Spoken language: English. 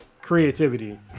creativity